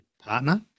partner